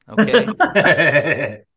okay